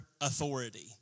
authority